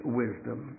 wisdom